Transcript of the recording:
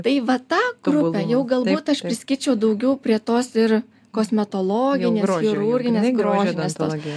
tai va tą grupę jau galbūt aš priskirčiau daugiau prie tos ir kosmetologinės chirurginės grožinės tos